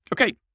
Okay